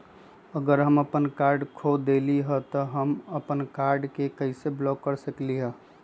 अगर हम अपन कार्ड खो देली ह त हम अपन कार्ड के कैसे ब्लॉक कर सकली ह?